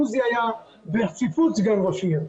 עוזי היה ברציפות סגן ראש עיר,